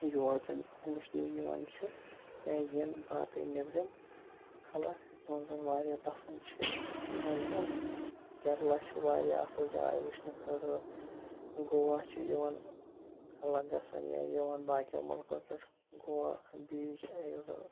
یور زَن وٕچھنہِ یِوان چھِ یا یِن باقٕے نیٚبرِم خلق یِمَن زَن واریاہ پَسنٛد چھِ یور یُن کیرلا چھُ واریاہ اَصٕل جاے وٕچھنہٕ خٲطرٕ گوا چھِ یِوان خلق گژھان یا یِوان باقٕیَن مٕلکو پٮ۪ٹھ گوا بیٖچ یُس زَن